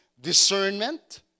discernment